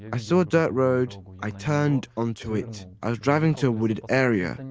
i saw a dirt road, i turned onto it, i was driving to a wooded area. and